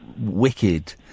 wicked